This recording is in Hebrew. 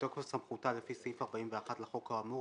בתוקף סמכותה לפי סעיף 41 לחוק האמור,